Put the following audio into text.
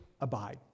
abide